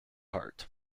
hart